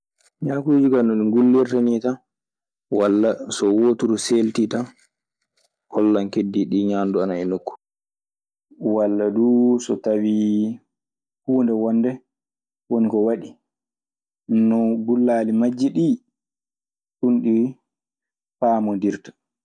Ñaakuuji kaa, no ɗi ngullirta nii tan, walla so wooturu seeltii tan hollŋn keddiiɗi ɗii ñaandu ana e nokku. Walla duu so tawii huunde wonde woni ko waɗi. Gullaali majji ɗii ɗun ɗii paamondirta.